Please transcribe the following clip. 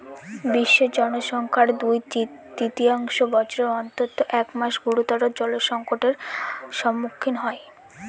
বিশ্বের জনসংখ্যার দুই তৃতীয়াংশ বছরের অন্তত এক মাস গুরুতর জলসংকটের সম্মুখীন হয়